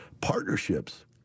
Partnerships